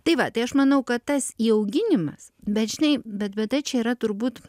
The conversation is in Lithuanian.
tai va tai aš manau kad tas įauginimas bet žinai bet bėda čia yra turbūt